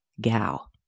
gal